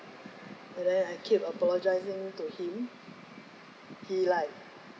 and then I keep apologising to him he like